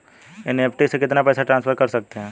NEFT से कितना पैसा ट्रांसफर कर सकते हैं?